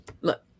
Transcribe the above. Look